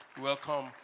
Welcome